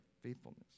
faithfulness